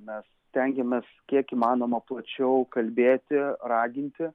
mes stengiamės kiek įmanoma plačiau kalbėti raginti